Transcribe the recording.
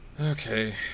Okay